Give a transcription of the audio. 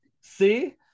See